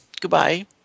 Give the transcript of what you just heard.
goodbye